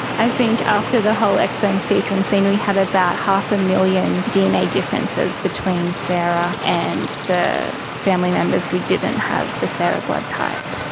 i think after the whole exome sequencing we had about half a million dna differences between the sarah and the family members who didn't have the sarah blood type.